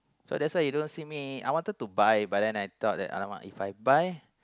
so that's why you don't me I wanted to buy but then I thought that !alamak! If I buy